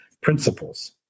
principles